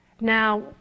Now